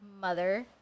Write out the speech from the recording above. mother